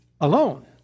alone